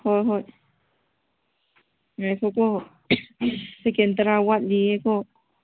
ꯍꯣꯏ ꯍꯣꯏ ꯉꯥꯏꯈꯣꯀꯣ ꯁꯦꯀꯦꯟ ꯇꯔꯥ ꯋꯥꯠꯂꯤꯌꯦꯀꯣ